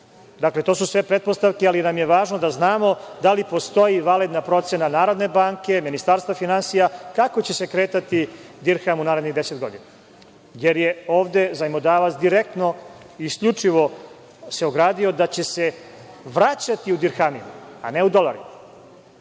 uslugu. Dakle, to su sve pretpostavke, ali nam je važno da znamo da li postoji validna procena Narodne banke, Ministarstva finansija, kako će se kretati dirham u narednih 10 godina, jer je ovde zajmodavac direktno, isključivo se ogradio da će se vraćati u dirhamima, a ne u dolarima.